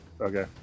Okay